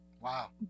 wow